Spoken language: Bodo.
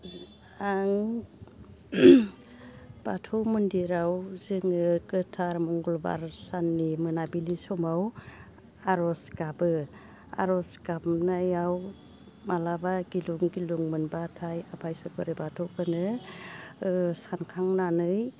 आं बाथौ मन्दिराव जोङो गोथार मंगलबार साननि मोनाबिलि समाव आरज गाबो आरज गाबनायाव माब्लाबा गिलुं गिलुं मोनबाथाय आफा इसोर बोराइ बाथौखौनो सानखांनानै